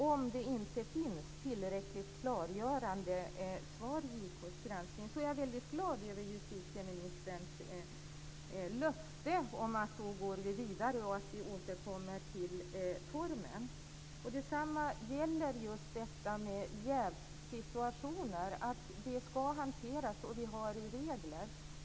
Om det inte finns tillräckligt klargörande svar i JK:s granskning är jag väldigt glad över justitieministerns löfte om att vi då går vidare och återkommer till formen. Detsamma gäller jävssituationer. Det ska hanteras, och vi har regler.